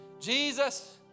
Jesus